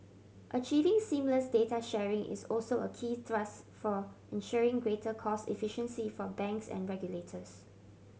achieving seamless data sharing is also a key thrust for ensuring greater cost efficiency for banks and regulators